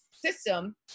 system